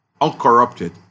uncorrupted